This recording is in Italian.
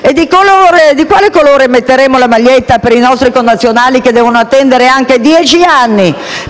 E di quale colore metteremo la maglietta per i nostri connazionali che devono attendere anche dieci anni